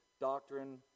doctrine